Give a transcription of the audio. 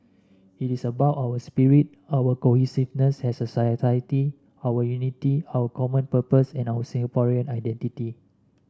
it is about our spirit our cohesiveness as a society our unity our common purpose and our Singaporean identity